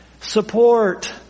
support